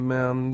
Men